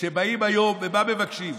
כשבאים היום ומה מבקשים,